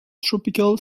tropical